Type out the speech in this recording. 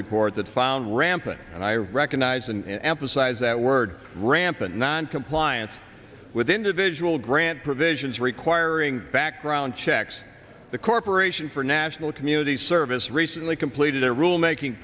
report that found rampant and i recognize and emphasize that word rampant noncompliance with individual grant provisions requiring background checks the corporation for national community service recently completed a rulemaking